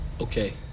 Okay